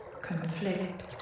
conflict